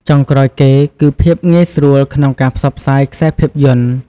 ចុងក្រោយគេគឺ ភាពងាយស្រួលក្នុងការផ្សព្វផ្សាយខ្សែភាពយន្ត។